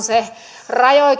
se rajoitus